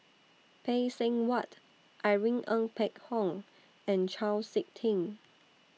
Phay Seng Whatt Irene Ng Phek Hoong and Chau Sik Ting